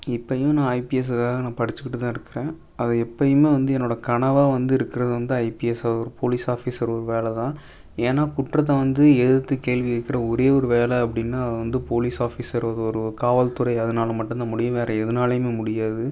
இப்போயும் நான் ஐபிஎஸ்க்காக நான் படிச்சுக்கிட்டு தான் இருக்கிறேன் அதை எப்போயுமே வந்து என்னோடய கனவாக வந்து இருக்கிறது வந்து ஐபிஎஸ்ஸாக ஒரு போலீஸ் ஆஃபீஸர் ஒரு வேலை தான் ஏன்னால் குற்றத்தை வந்து எதுர்த்து கேள்வி கேட்குற ஒரே ஒரு வேலை அப்படின்னா அது வந்து போலீஸ் ஆஃபீஸர் அது ஒரு காவல் துறை அதனால் மட்டும்தான் முடியும் வேறு எதுனாலையுமே முடியாது